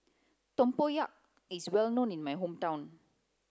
Tempoyak is well known in my hometown